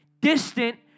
distant